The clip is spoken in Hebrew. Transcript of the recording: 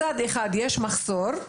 מצד אחד, יש מחסור.